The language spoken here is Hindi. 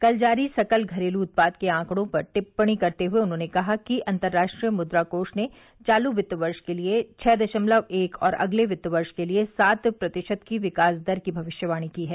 कल जारी सकल घरेलू उत्पाद के आकड़े पर टिप्पणी करते हुए उन्होंने कहा कि अंतर्राष्ट्रीय मुद्रा कोष ने चालू वित्त वर्ष के लिए छह दशमलव एक और अगले वित्त वर्ष के लिए सात प्रतिशत की विकास दर की भविष्यवाणी की है